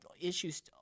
issues